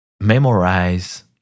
memorize